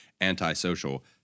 antisocial